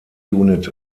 unit